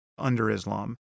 under-Islam